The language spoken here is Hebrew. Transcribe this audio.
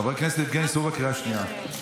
חבר הכנסת יבגני סובה, קריאה שנייה.